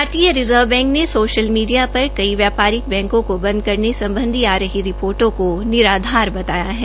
भारतीय Reserve Bank ने social media पर कई व्यापारिक बैंको को बंद करने सम्बधी आ रही रिर्पोटों का निराधार बताया है